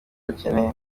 bakeneye